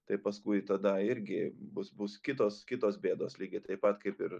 tai paskui tada irgi bus bus kitos kitos bėdos lygiai taip pat kaip ir